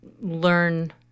learn